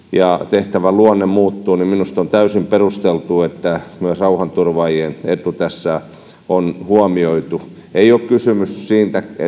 tehtävän luonne muuttuu joten minusta on täysin perusteltua että myös rauhanturvaajien etu tässä on huomioitu ei ole kysymys siitä